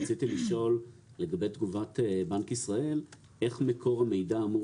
רציתי לשאול לגבי תגובת בנק ישראל איך מקור המידע אמור